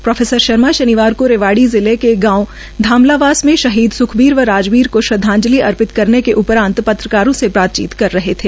pro Sharma शनिवार को रिवाड़ी जिले के गांव थामलावास में शहीद सुखवीर व राजबीर को श्रद्वाजंलिअर्पित करने के उपरान्त पत्रकारों से बातचीत कर रहे थे